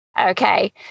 Okay